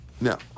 Now